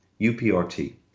UPRT